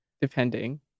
depending